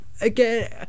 again